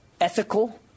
ethical